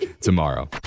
tomorrow